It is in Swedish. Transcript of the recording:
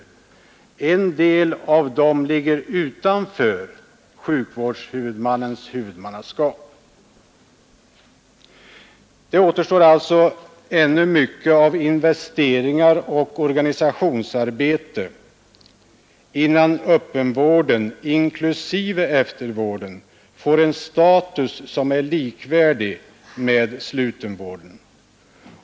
En del av dem ligger utanför sjukvårdshuvudmannens huvudmannaskap. Det återstår alltså ännu mycket av investeringar och organisationsarbete innan öppenvården inklusive eftervården får en status som är likvärdig med slutenvårdens.